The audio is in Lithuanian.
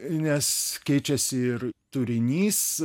nes keičiasi ir turinys